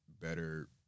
better